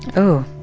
oh,